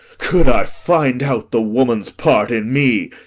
could i find out the woman's part in me!